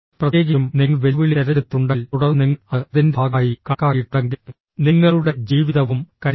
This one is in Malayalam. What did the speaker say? പ്രത്യേകിച്ചും നിങ്ങൾ വെല്ലുവിളി തിരഞ്ഞെടുത്തിട്ടുണ്ടെങ്കിൽ തുടർന്ന് നിങ്ങൾ അത് അതിന്റെ ഭാഗമായി കണക്കാക്കിയിട്ടുണ്ടെങ്കിൽ നിങ്ങളുടെ ജീവിതവും കരിയറും